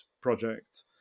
project